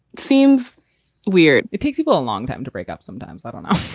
seems weird. it takes people a long time to break up sometimes. i don't know.